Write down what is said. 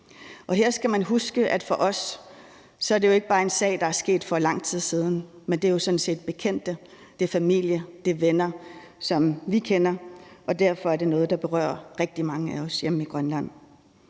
Her skal man huske, at for os er det jo ikke bare en sag, der er sket for lang tid siden, men det er sådan set bekendte, det er familie, det er venner, som vi kender, og derfor er det noget, der berører rigtig mange af os hjemme i Grønland.